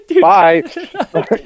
bye